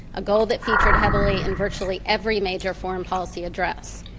a goal that featured heavily in virtually every major foreign policy address.